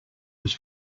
was